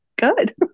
good